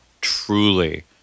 truly